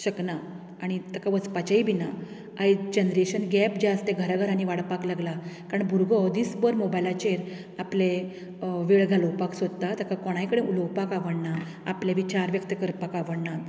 शकना आनी ताका वचपाचेंय बी ना आयज जनरेशन गॅप जें आसा तें घरा घरांनी वाडपाक लागला कारण भुरगो दीस भर मोबायलाचेर आपले वेळ घालोवपाक सोदतात ताका कोणाय कडेन उलोवपाक आवडना आपले विचार व्यक्त करपाक आवडना